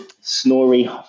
Snorri